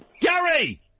Gary